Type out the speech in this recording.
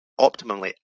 optimally